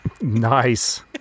Nice